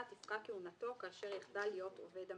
תפקע כהונתו כאשר יחדל להיות עובד המדינה.